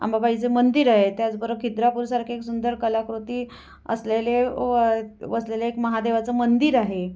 अंबाबाईचे मंदिर आहे त्याचबरोबर खिद्रापूरसारखी एक सुंदर कलाकृती असलेले व वसलेले एक महादेवाचं मंदिर आहे